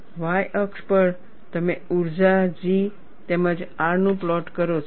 y અક્ષ પર તમે ઊર્જા G તેમજ Rનું પ્લોટ કરો છો